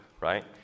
right